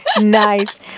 Nice